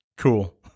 cool